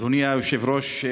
אדוני היושב-ראש,